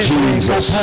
Jesus